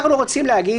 אנחנו רוצים להגיד,